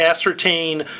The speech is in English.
ascertain